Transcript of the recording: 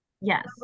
Yes